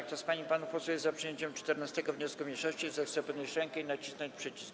Kto z pań i panów posłów jest za przyjęciem 14. wniosku mniejszości, zechce podnieść rękę i nacisnąć przycisk.